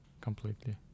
completely